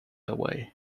away